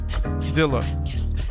Dilla